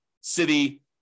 city